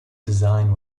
design